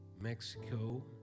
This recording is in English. Mexico